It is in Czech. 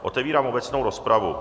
Otevírám obecnou rozpravu.